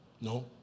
No